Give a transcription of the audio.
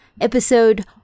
episode